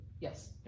Yes